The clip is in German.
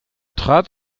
trat